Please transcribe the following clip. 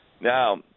Now